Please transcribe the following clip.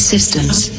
Systems